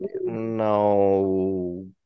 no